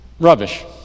Rubbish